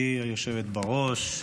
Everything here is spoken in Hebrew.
גברתי היושבת בראש,